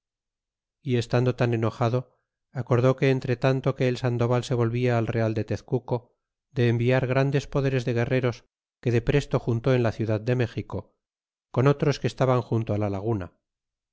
y estando tan enojado acordó que entre tanto que el sandoval se volvia al real de tezcuco de enviar grandes poderes de guerreros que de presto juntó en la ciudad de méxico con otros que estaban junto la laguna